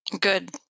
Good